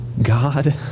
God